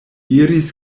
iris